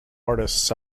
artists